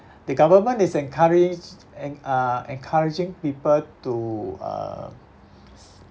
the government is encourage~ en~ uh encouraging people to uh